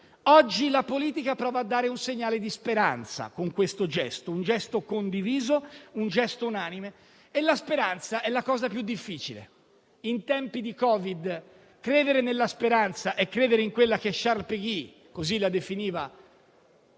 oggi la politica prova a dare un segnale di speranza con questo gesto - condiviso e unanime - e la speranza è la cosa più difficile. In tempi di Covid credere nella speranza è credere in quella che Charles Peguy definiva